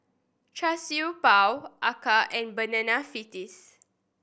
Char Siew Bao acar and Banana Fritters